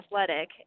athletic